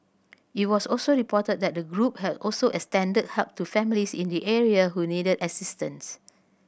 it was also reported that the group has also extended help to families in the area who needed assistance